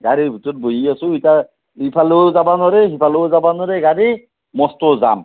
গাড়ীৰ ভিতৰত বহি আছোঁ ইতা ইফালও যাবা নৰে সিফালও যাবা নৰে গাড়ী মস্ত জাম